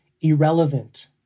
irrelevant